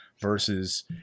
versus